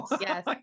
yes